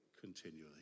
continually